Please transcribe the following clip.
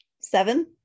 seven